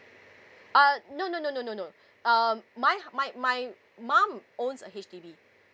uh no no no no no no um my my my mum owns a H_D_B